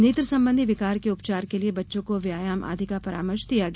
नेत्र संबंधी विकार के उपचार के लिए बच्चों को व्यायाम आदि का परामर्श दिया गया